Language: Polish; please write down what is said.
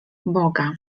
boga